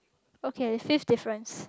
okay since difference